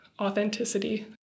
authenticity